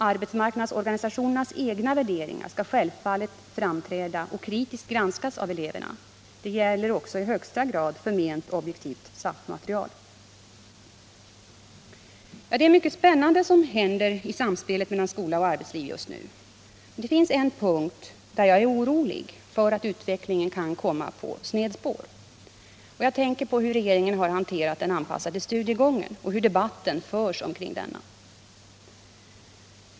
Arbetsmarknadsorganisationernas egna värderingar skall självklart framträ da och kritiskt granskas av eleverna. Detta gäller också i högsta grad förment objektivt SAF-material. Mycket spännande händer just nu i samspelet skola-arbetsliv. På en punkt är jag dock orolig för att utvecklingen kan komma på snedspår. Jag tänker på hur regeringen handlagt den anpassade studiegången och hur debatten förs omkring denna.